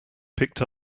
picked